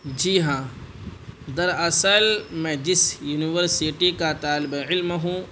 جی ہاں در اصل میں جس یونیورسٹی کا طالب علم ہوں